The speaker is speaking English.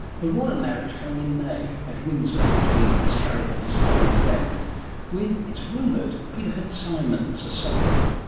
the royal marriage coming in may at windsor between prince harry and his foreign friend with, it's rumoured, peter fitzsimons as celebrant.